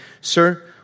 Sir